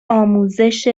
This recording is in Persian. آموزش